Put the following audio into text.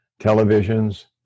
televisions